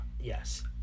yes